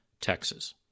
Texas